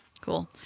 Cool